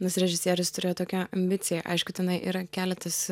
nes režisierius turėjo tokią ambiciją aišku tenai yra keletas